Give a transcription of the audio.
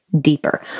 deeper